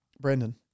brandon